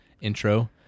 intro